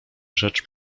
rzecz